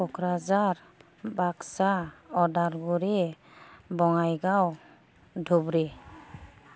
Kokrajhar Baksa Udalguri Bongaigaon Dhubri